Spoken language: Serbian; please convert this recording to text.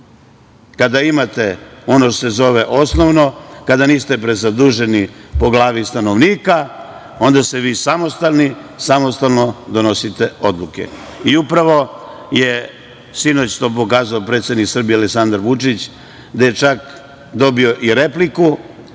Kada imate ono što se zove osnovno, kad niste prezaduženi po glavi stanovnika, onda ste vi samostalni, samostalno donosite odluke. Upravo je sinoć to pokazao predsednik Srbije Aleksandar Vučić, gde je čak dobio i repliku